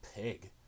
pig